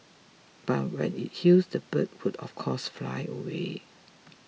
but when it heals the bird would of course fly away